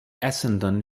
essendon